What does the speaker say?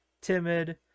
timid